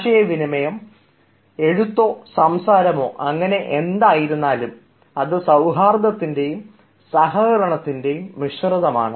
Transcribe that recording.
ആശയവിനിമയം എഴുത്തോ സംസാരമോ അങ്ങനെ എന്തായാലും അത് സൌഹാർദ്ദത്തിൻറെയും സഹകരണത്തിൻറെയും മിശ്രിതമാണ്